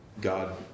God